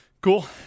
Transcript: cool